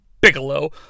Bigelow